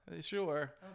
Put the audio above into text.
Sure